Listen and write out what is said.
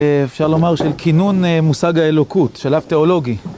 אפשר לומר של כינון מושג האלוקות, שלב תיאולוגי.